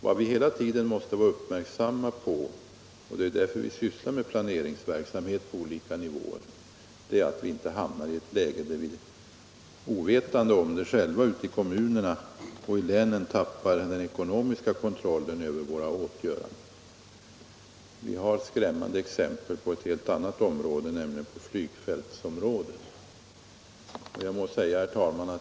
— Vad vi hela tiden måste vara uppmärksamma på — det är därför vi - Om planeringen av sysslar med planeringsverksamhet på olika nivåer — är att vi inte hamnar — hamnsystemet i ett läge där vi ovetande om det i kommunerna och länen tappar den .ekonomiska kontrollen över våra åtgöranden. Vi har skrämmande ex empel på ett helt annat område, nämligen på flygfältsområdet.